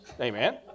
Amen